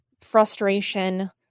frustration